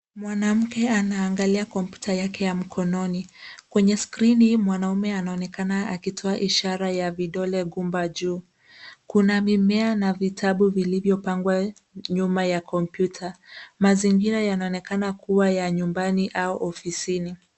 Mwanamke anaangalia kompyuta yake ya mkononi. Kwenye skrini mwanaume anaonekana akitoa ishara ya vidole gumba juu. Kuna mimea na vitabu vilivyopangwa nyuma ya kompyuta. Mazingira yanaonekana kuwa ya nyumbani au ofisini.